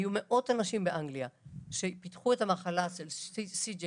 היו מאות אנשים באנגליה שפיתחו את המחלה CJD